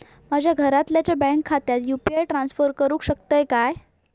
माझ्या घरातल्याच्या बँक खात्यात यू.पी.आय ट्रान्स्फर करुक शकतय काय?